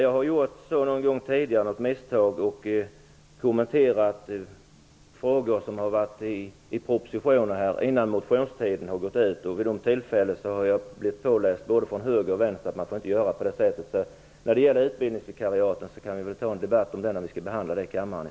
Jag har tidigare gjort misstaget att kommentera frågor som har behandlats i propositioner innan motionstiden gått ut. Vid de tillfällena har jag fått påpekat från både höger och vänster att man inte får göra på det sättet. Vi kan ta en debatt om utbildningsvikariaten när den frågan behandlas i kammaren.